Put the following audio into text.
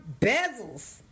bezels